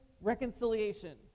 reconciliation